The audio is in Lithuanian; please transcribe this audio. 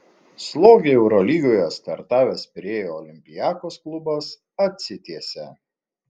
slogiai eurolygoje startavęs pirėjo olympiakos klubas atsitiesia